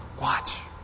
Watch